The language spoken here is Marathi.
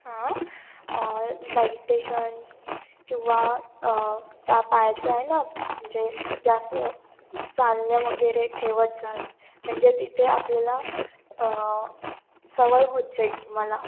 हां मेडिटेशन्स किंवा त्या पायाचं आहे ना जे जास्त चालणे वगैरे ठेवत जा म्हणजे तिथे आपल्याला सवय होत जाईल तुम्हाला